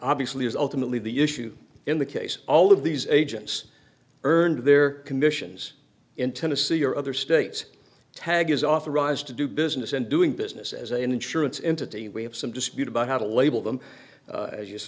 obviously is ultimately the issue in the case all of these agents earned their commissions in tennessee or other states tag is authorized to do business and doing business as an insurance entity we have some dispute about how to label them as you say